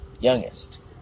youngest